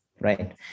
right